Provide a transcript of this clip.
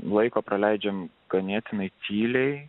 laiko praleidžiame ganėtinai tyliai